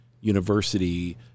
University